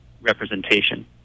representation